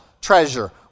treasure